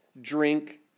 drink